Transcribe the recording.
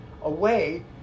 away